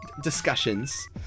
discussions